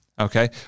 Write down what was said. Okay